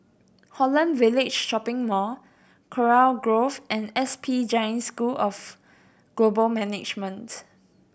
Holland Village Shopping Mall Kurau Grove and S P Jain School of Global Management